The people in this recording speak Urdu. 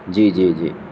جی جی جی